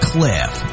Cliff